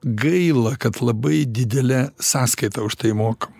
gaila kad labai didelę sąskaitą už tai mokam